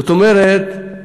זאת אומרת,